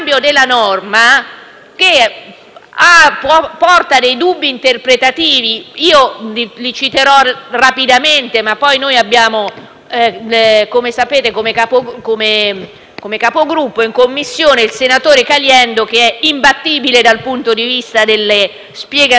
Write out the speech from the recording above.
porta dei dubbi interpretativi (che io citerò rapidamente, perché come sapete come Capogruppo in Commissione abbiamo il senatore Caliendo, che è imbattibile dal punto di vista delle spiegazioni tecniche, quindi